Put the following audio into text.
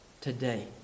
Today